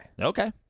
Okay